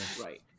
right